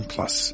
Plus